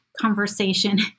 conversation